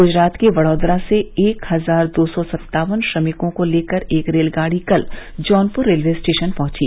गुजरात के वडोदरा से एक हजार दो सौ सत्तावन श्रमिकों को लेकर एक रेलगाड़ी कल जौनपुर रेलवे स्टेशन पहुंची